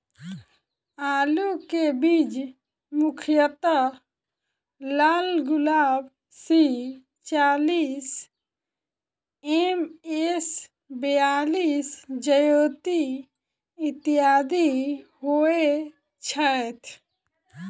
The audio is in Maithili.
आलु केँ बीज मुख्यतः लालगुलाब, सी चालीस, एम.एस बयालिस, ज्योति, इत्यादि होए छैथ?